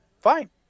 fine